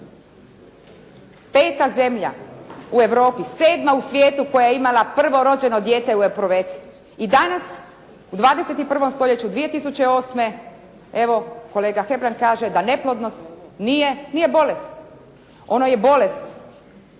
Peta zemlja u Europi, sedma u svijetu koja je imala prvo rođeno dijete u epruveti i danas u 21. stoljeću 2008., evo kolega hebrang kaže da neplodnost nije bolest. Ono je bolest